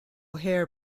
hair